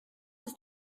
ist